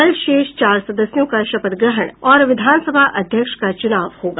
कल शेष चार सदस्यों का शपथ ग्रहण और विधानसभा अध्यक्ष का चुनाव होगा